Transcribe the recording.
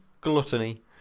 gluttony